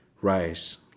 rise